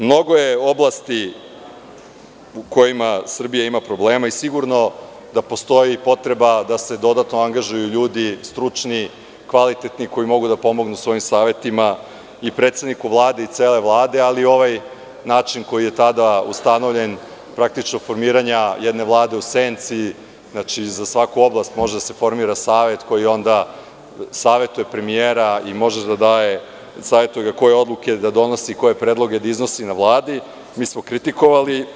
Mnogo je oblasti u kojima Srbija ima problema i sigurno da postoji potreba da se dodatno angažuju stručni, kvalitetni ljudi koji mogu da pomognu svojim savetima i predsedniku Vlade i celoj Vladi, ali ovaj način, koji je tada ustanovljen, formiranja jedne vlade u senci, za svaku oblast može da se formira savet koji savetuje premijera i može da ga savetuje koje odluke da donosi, koje predloge da iznosi na Vladi, mi smo kritikovali.